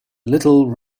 little